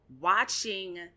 watching